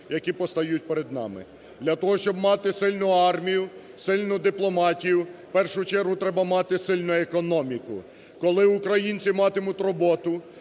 які постають перед нами. Для того, щоб мати сильну армію, сильну дипломатію, в першу чергу треба мати сильну економіку. Коли українці матимуть роботу,